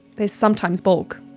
they sometimes balk.